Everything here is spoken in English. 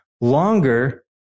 longer